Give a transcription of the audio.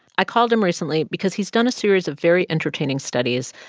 i called him recently because he's done a series of very entertaining studies,